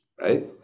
right